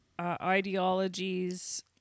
Ideologies